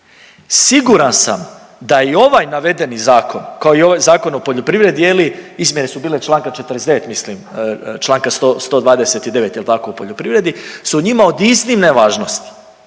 Siguran sam da i ovaj navedeni zakon, kao i ovaj Zakon o poljoprivredi, izmjene su bile čl. 49. mislim čl. 129. jel tako